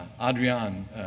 Adrian